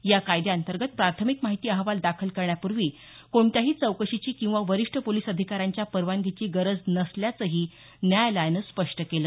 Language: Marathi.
या कायद्याअंतर्गत प्राथमिक माहिती अहवाल दाखल करण्यापूर्वी कोणत्याही चौकशीची किंवा वरीष्ठ पोलीस अधिकाऱ्यांच्या परवानगीची गरज नसल्याचंही न्यायालयानं स्पष्ट केलं